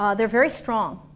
um they're very strong,